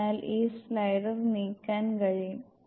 അതിനാൽ ഈ സ്ലൈഡർ നീക്കാൻ കഴിയും